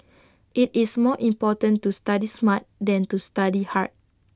IT is more important to study smart than to study hard